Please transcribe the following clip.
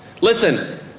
Listen